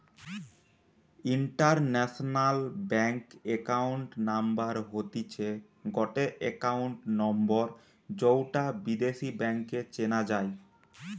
international bank account number হতিছে গটে account number যৌটা বিদেশী ব্যাংকে চেনা যাই